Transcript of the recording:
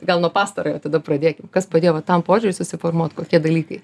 gal nuo pastarojo tada pradėkim kas padėjo va tam požiūriui susiformuot kokie dalykai